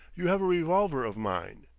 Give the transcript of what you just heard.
you have a revolver of mine.